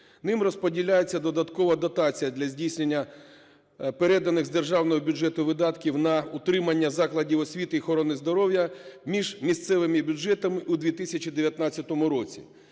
Ним розподіляється додаткова дотація для здійснення переданих з державного бюджету видатків на утримання закладів освіти і охорони здоров'я між місцевими бюджетами у 2019 році.